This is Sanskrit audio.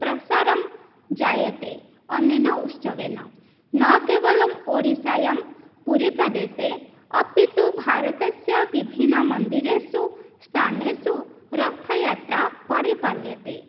प्रसारं जायते अनेन उत्सवेन न केवलं ओडिसायां पुरिप्रदेशे अपि तु भारतस्य विभिन्न मन्दिरेषु स्थानेषु रथयात्रा परिपाल्यते